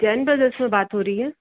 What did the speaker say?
Jain brothers से बात हो रही है